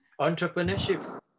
Entrepreneurship